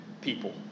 people